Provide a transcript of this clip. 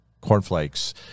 cornflakes